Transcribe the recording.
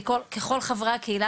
ככל חברי הקהילה,